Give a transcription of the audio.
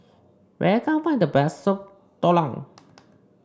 where can I find the best Soup Tulang